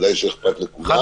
ודאי שאכפת לכולם.